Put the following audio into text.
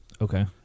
Okay